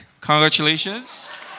Congratulations